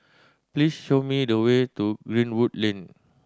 please show me the way to Greenwood Lane